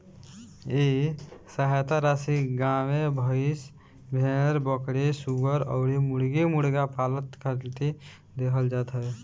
इ सहायता राशी गाई, भईस, भेड़, बकरी, सूअर अउरी मुर्गा मुर्गी पालन खातिर देहल जात हवे